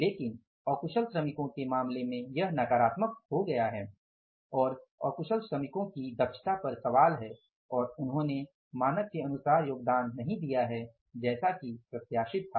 लेकिन अकुशल श्रमिकों के मामले में यह नकारात्मक हो गया है और अकुशल श्रमिकों की दक्षता पर सवाल है और उन्होंने मानक के अनुसार योगदान नहीं दिया है जैसा कि प्रत्याशित था